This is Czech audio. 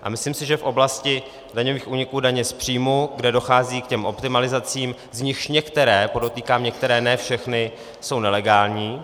A myslím si, že je to v oblasti daňových úniků daně z příjmu, kde dochází k těm optimalizacím, z nichž některé, podotýkám některé, ne všechny, jsou nelegální.